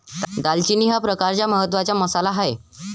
दालचिनी हा एक प्रकारचा महत्त्वाचा मसाला आहे